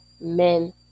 men